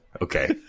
Okay